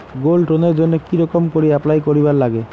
Gold লোনের জইন্যে কি রকম করি অ্যাপ্লাই করিবার লাগে?